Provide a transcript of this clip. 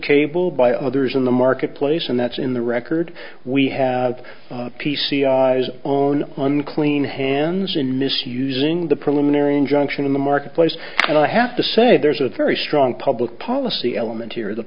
cable by others in the marketplace and that's in the record we have p c eyes on unclean hands in misusing the preliminary injunction in the marketplace and i have to say there's a very on public policy element here the